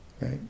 right